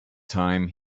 time